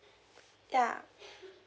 ya